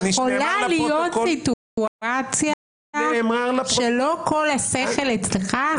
רוטמן, יכולה להיות סיטואציה שלא כל השכל אצלך?